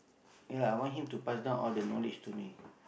ya I want him to pass down all the knowledge to me